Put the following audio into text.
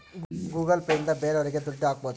Google Pay ಇಂದ ಬೇರೋರಿಗೆ ದುಡ್ಡು ಹಾಕ್ಬೋದು